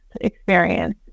experience